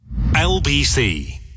LBC